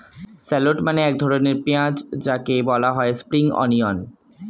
shallot মানে এক ধরনের পেঁয়াজ যাকে বলা হয় স্প্রিং অনিয়ন